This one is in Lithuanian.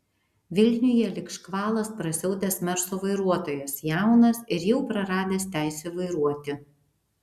vilniuje lyg škvalas prasiautęs merso vairuotojas jaunas ir jau praradęs teisę vairuoti